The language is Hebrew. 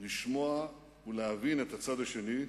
לשמוע ולהבין את הצד השני,